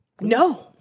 No